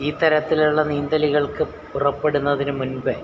ഈ തരത്തിലുള്ള നീന്തലുകൾക്ക് പുറപ്പെടുന്നതിന് മുൻപ്